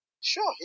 Sure